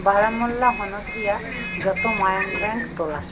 ᱵᱟᱨᱟᱢᱩᱞᱞᱟ ᱦᱚᱱᱚᱛ ᱨᱮᱱᱟᱜ ᱡᱷᱚᱛᱚ ᱢᱟᱭᱟᱝ ᱵᱮᱝᱠ ᱛᱚᱞᱟᱥ ᱢᱮ